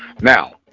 Now